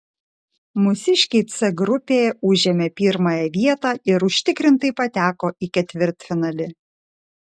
mūsiškiai c grupėje užėmė pirmąją vietą ir užtikrintai pateko į ketvirtfinalį